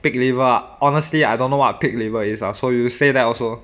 pig liver ah honestly I don't know what pig liver is ah so you say that also